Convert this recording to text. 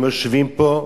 הם יושבים פה,